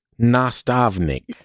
Nastavnik